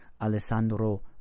Alessandro